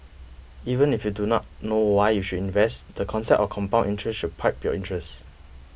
even if you do not know why you should invest the concept of compound interest should pipe your interest